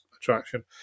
attraction